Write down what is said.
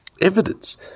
evidence